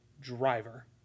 Driver